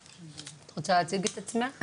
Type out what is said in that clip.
את רוצה להציג את עצמך?